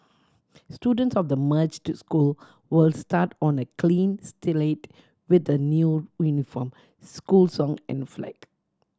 students of the merged school will start on a clean slate with a new uniform school song and flag